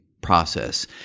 process